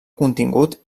contingut